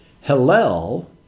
Hillel